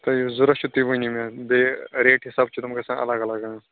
تۄہہِ ضوٚرَتھ چھُو تُہۍ ؤنو مےٚ بیٚیہِ ریٹ حِساب چھِ تِم گژھان الگ الگ